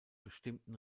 bestimmten